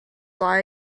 lie